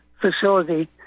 facility